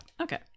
okay